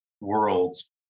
worlds